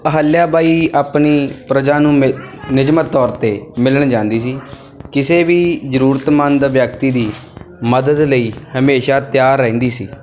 ਅਹਿਲਯਾ ਬਾਈ ਆਪਣੀ ਪਰਜਾ ਨੂੰ ਨਿ ਨਿਯਮਿਤ ਤੌਰ 'ਤੇ ਮਿਲਣ ਜਾਂਦੀ ਸੀ ਕਿਸੇ ਵੀ ਜ਼ਰੂਰਤਮੰਦ ਵਿਅਕਤੀ ਦੀ ਮਦਦ ਲਈ ਹਮੇਸ਼ਾ ਤਿਆਰ ਰਹਿੰਦੀ ਸੀ